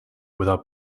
without